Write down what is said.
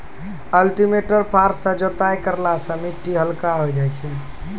cultivator फार सँ जोताई करला सें मिट्टी हल्का होय जाय छै